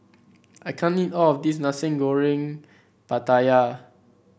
I can't eat all of this Nasi Goreng Pattaya